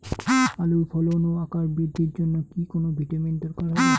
আলুর ফলন ও আকার বৃদ্ধির জন্য কি কোনো ভিটামিন দরকার হবে?